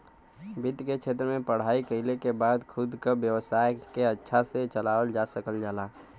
वित्त के क्षेत्र में पढ़ाई कइले के बाद खुद क व्यवसाय के अच्छा से चलावल जा सकल जाला